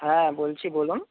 হ্যাঁ বলছি বলুন